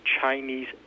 Chinese